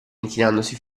inchinandosi